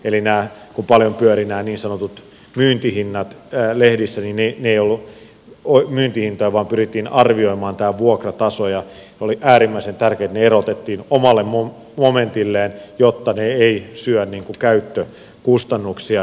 eli kun nämä niin sanotut myyntihinnat paljon pyörivät lehdissä niin ne eivät olleet myyntihintoja vaan pyrittiin arvioimaan tämä vuokrataso ja oli äärimmäisen tärkeätä että ne erotettiin omalle momentilleen jotta ne eivät syö käyttökustannuksia